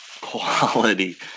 quality